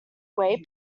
way